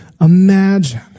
imagine